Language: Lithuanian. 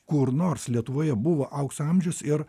kur nors lietuvoje buvo aukso amžius ir